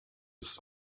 ist